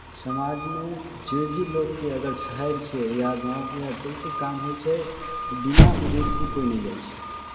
समाजमे जे भी लोककेँ अगर शहर छै या गाँवके अथि छै काम होइ छै तऽ बिना उद्देश्यके कोइ नहि जाइ छै